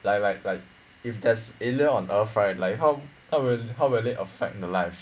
like like like if there's alien on earth right like how how will it how will it affect the life